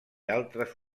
altres